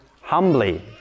humbly